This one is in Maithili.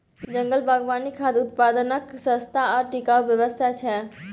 जंगल बागवानी खाद्य उत्पादनक सस्ता आ टिकाऊ व्यवस्था छै